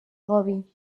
gobi